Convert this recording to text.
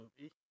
movie